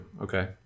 Okay